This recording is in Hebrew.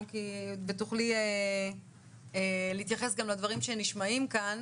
ותוכלי להתייחס גם לדברים שנשמעים כאן.